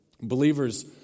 believers